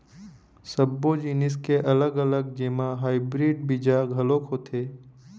सब्बो जिनिस के अलग अलग जेमा हाइब्रिड बीजा घलोक होथे